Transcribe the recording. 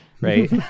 Right